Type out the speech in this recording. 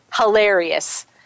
Hilarious